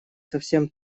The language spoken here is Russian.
совсем